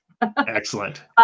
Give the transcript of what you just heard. Excellent